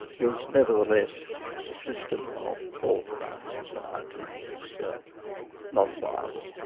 was nevertheless as a system of thought about society, was not viable.